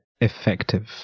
effective